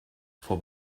for